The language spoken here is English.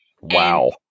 Wow